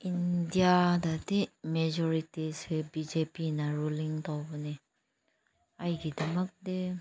ꯏꯟꯗꯤꯌꯥꯗꯗꯤ ꯃꯦꯖꯣꯔꯤꯇꯤꯁꯦ B J ꯄꯤꯅ ꯔꯨꯂꯤꯡ ꯇꯧꯕꯅꯦ ꯑꯩꯒꯤꯗꯃꯛꯇꯤ